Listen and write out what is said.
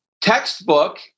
textbook